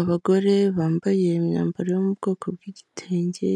Abagore bambaye imyambaro yo mu bwoko bw'igitenge,